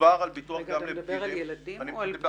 מדובר רק על ילדים או על בגירים?